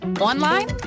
Online